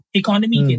economy